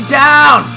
down